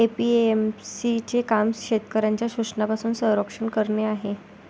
APMC चे काम शेतकऱ्यांचे शोषणापासून संरक्षण करणे आहे